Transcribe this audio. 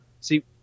see